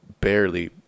barely